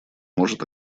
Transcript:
может